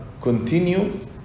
continues